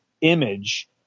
image